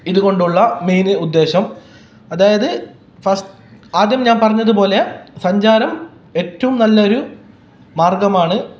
ഇതുകൊണ്ടുള്ള main ഉദ്ദേശം അതായത് first ആദ്യം ഞാൻ പറഞ്ഞതുപോലെ സഞ്ചാരം ഏറ്റവും നല്ലൊരു മാർഗ്ഗമാണ്